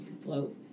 float